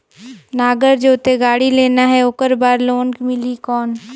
नागर जोते गाड़ी लेना हे ओकर बार लोन मिलही कौन?